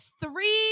three